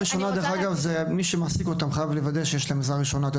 מי שמעסיק אותם חייב לוודא שיש להם עזרה ראשונה,